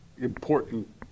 important